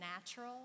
natural